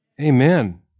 Amen